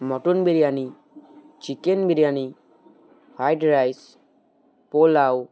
mutton biryani chicken biryani fried rice pulao